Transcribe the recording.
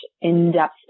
in-depth